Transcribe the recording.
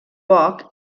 poc